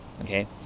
okay